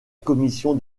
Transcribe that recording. commission